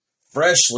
freshly